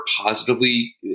positively